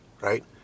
right